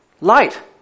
light